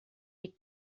les